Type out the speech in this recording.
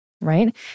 Right